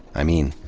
i mean,